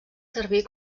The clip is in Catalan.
servir